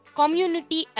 community